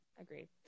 agreed